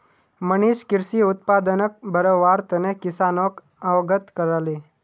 मनीष कृषि उत्पादनक बढ़व्वार तने किसानोक अवगत कराले